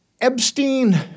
Epstein